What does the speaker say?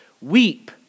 Weep